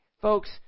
Folks